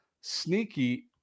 sneaky –